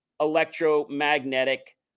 electromagnetic